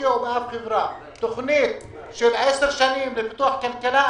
אפשר לקבל את ה-55 מיליון בחלוקה